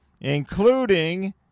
including